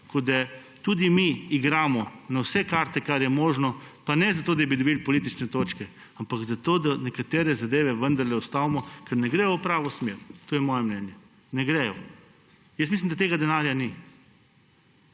kot da tudi mi igramo na vse karte, kar je možno. Pa ne zato, da bi dobili politične točke, ampak zato da nekatere zadeve vendarle ustavimo, ker ne gredo v pravo smer. To je moje mnenje. Ne gredo. Jaz mislim, da tega denarja ni.